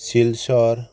Silchar